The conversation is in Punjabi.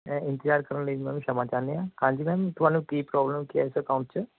ਮੈਂ ਇੰਤਜਾਰ ਕਰਨ ਲਈ ਮੈਮ ਸ਼ਮਾ ਚਾਹੁੰਦੇ ਹਾਂ ਹਾਂਜੀ ਮੈਮ ਤੁਹਾਨੂੰ ਕੀ ਪ੍ਰੋਬਲਮ ਕੀ ਆ ਇਸ ਅਕਾਊਂਟ 'ਚ